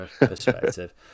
perspective